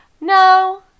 No